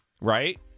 right